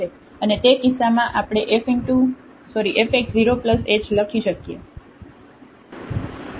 અને તે કિસ્સામાં આપણે આ f x 0 h લખી શકીએ છીએ